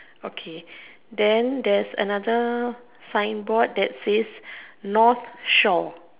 okay then there's another signboard that says north shore